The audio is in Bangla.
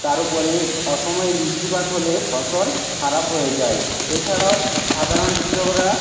তার ওপরে অসময়ে বৃষ্টিপাত হলে ফসল খারাপ হয়ে যায় এছাড়াও সাধারণ কৃষকরা